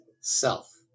self